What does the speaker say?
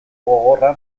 gogorra